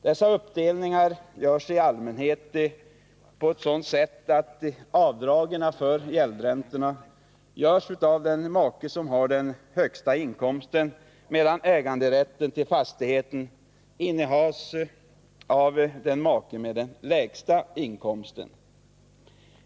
Dessa uppdelningar görs i allmänhet på så sätt att avdragen för gäldräntorna görs av den make som har den högsta inkomsten, medan äganderätten till fastigheten tillskrivs maken med den lägsta inkomsten.